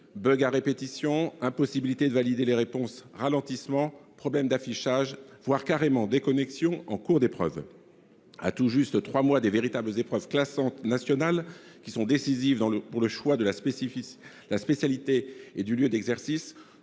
: à répétition, impossibilité de valider les réponses, ralentissements, problèmes d'affichage, voire carrément déconnexion en cours d'épreuve. À tout juste trois mois des véritables épreuves classantes nationales, décisives pour le choix de la spécialité et du lieu d'exercice,